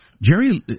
Jerry